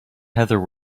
heather